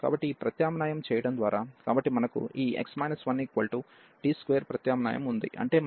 కాబట్టి ఈ ప్రత్యామ్నాయం చేయడం ద్వారా కాబట్టి మనకు ఈ x 1t2 ప్రత్యామ్నాయం ఉంది అంటే మనకు ఈ dx2t dtఉంది